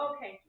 Okay